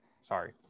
sorry